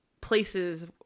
places